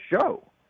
show